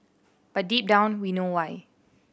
but deep down we know why